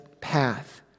path